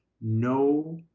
no